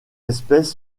espèce